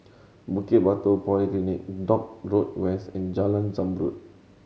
Bukit Batok Polyclinic Dock Road West and Jalan Zamrud